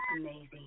amazing